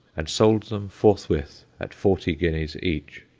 and sold them forthwith at forty guineas each.